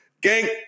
Gang